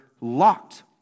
locked